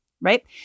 right